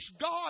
God